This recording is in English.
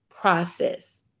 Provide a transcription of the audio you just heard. process